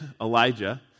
Elijah